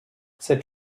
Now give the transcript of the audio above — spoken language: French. cette